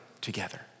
together